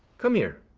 come here.